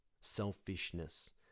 Selfishness